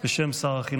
על ההצעה בשם שר החינוך.